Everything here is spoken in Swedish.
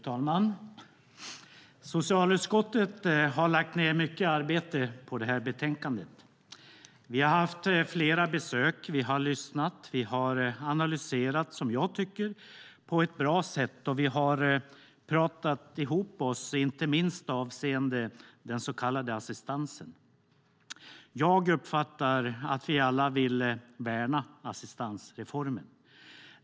Fru talman! Socialutskottet har lagt ned mycket arbete på detta betänkande. Vi har haft flera besök. Vi har lyssnat och analyserat på ett bra sätt, tycker jag. Vi har pratat ihop oss, inte minst avseende den så kallade assistansen. Jag uppfattar att vi alla vill värna assistansreformen.